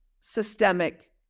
systemic